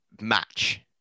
match